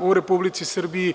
u Republici Srbiji.